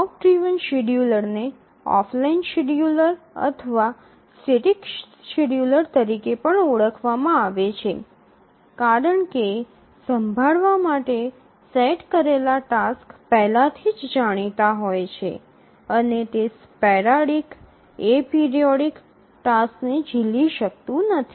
clock driven શેડ્યૂલરને offline scheduler અથવા static scheduler તરીકે પણ ઓળખવામાં આવે છે કારણ કે સંભાળવા માટે સેટ કરેલા ટાસક્સ પહેલાથી જાણીતા હોય છે અને તે સ્પેરાડિક એપરિઓઇડિક ટાસક્સને ઝીલી શકતું નથી